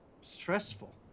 stressful